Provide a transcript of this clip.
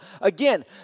again